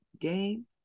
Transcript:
game